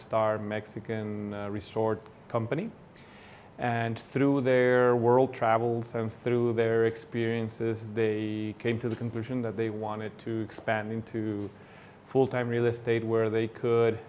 star mexican resort company and through their world travels through their experiences they came to the conclusion that they wanted to expand into full time real estate where they could